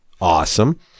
Awesome